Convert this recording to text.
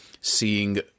seeing